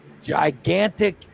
Gigantic